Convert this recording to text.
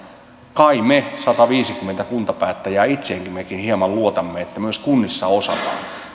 kai me sataviisikymmentä kuntapäättäjää itseemmekin hieman luotamme että myös kunnissa osataan